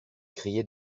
criait